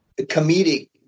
comedic